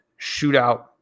shootout